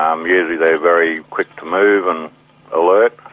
um usually they're very quick to move and alert,